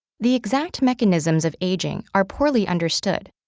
the exact mechanisms of aging are poorly understood.